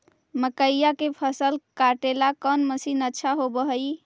मकइया के फसल काटेला कौन मशीन अच्छा होव हई?